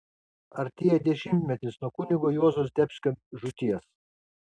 artėja dešimtmetis nuo kunigo juozo zdebskio žūties